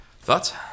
Thoughts